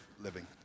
living